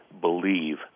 believe